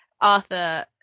arthur